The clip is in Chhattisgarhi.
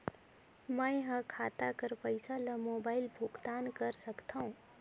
मैं ह खाता कर पईसा ला मोबाइल भुगतान कर सकथव?